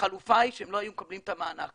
הערת